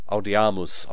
Audiamus